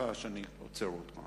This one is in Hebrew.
להגיד מה שאתה רוצה.